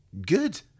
good